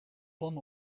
plan